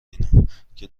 اینا، که